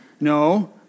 no